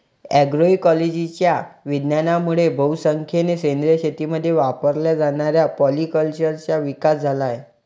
अग्रोइकोलॉजीच्या विज्ञानामुळे बहुसंख्येने सेंद्रिय शेतीमध्ये वापरल्या जाणाऱ्या पॉलीकल्चरचा विकास झाला आहे